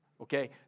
Okay